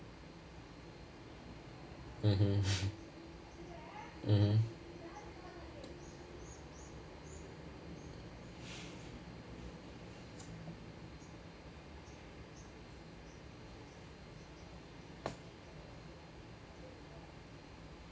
mmhmm mmhmm